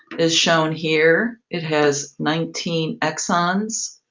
is shown here. it has nineteen exons.